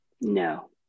No